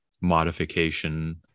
modification